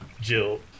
Jill